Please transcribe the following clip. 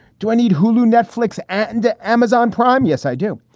do i need hulu, netflix and amazon prime? yes, i do.